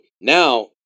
now